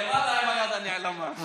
נעלמה להם היד הנעלמה.